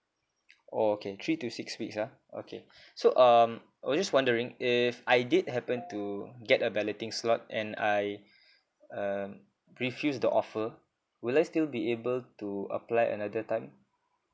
oh okay three to six weeks ah okay so um I was just wondering if I did happen to get a balloting slot and I um refuse the offer will I still be able to apply another time